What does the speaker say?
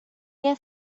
què